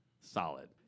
solid